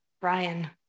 Brian